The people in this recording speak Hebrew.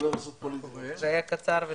בשעה 12:20.